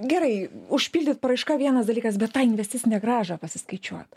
gerai užpildyt paraiška vienas dalykas bet tą investicinę grąžą pasiskaičiuot